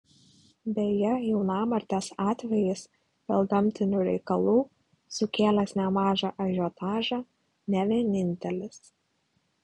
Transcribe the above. beje jaunamartės atvejis dėl gamtinių reikalų sukėlęs nemažą ažiotažą ne vienintelis